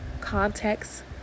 context